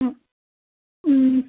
ഉം ഉം